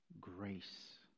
grace